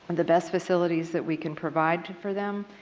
and the best facilities that we can provide for them.